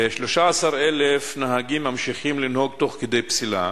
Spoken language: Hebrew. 13,000 נהגים ממשיכים לנהוג תוך כדי פסילה,